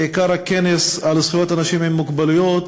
בעיקר הכנס על זכויות אנשים עם מוגבלויות,